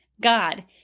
God